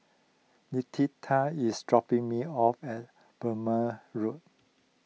Letitia is dropping me off at Burmah Road